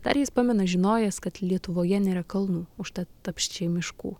dar jis pamena žinojęs kad lietuvoje nėra kalnų užtat apsčiai miškų